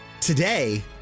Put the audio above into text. today